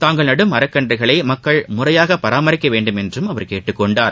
தாங்கள் நடும் மரக்கன்றுகளை மக்கள் முறையாக பராமரிக்க வேண்டும் என்றும் அவர் கேட்டுக் கொண்டார்